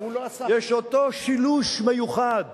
יש אותו שילוש מיוחד